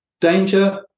danger